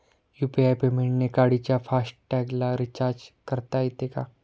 UPI पेमेंटने गाडीच्या fast टॅगला रिर्चाज करता येते का?